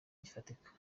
gifatika